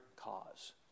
cause